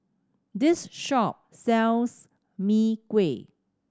this shop sells Mee Kuah